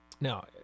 Now